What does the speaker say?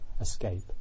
escape